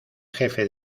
jefe